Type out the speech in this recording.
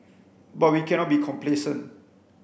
but we cannot be complacent